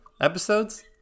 episodes